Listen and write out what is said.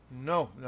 No